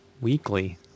weekly